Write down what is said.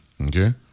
Okay